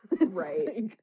Right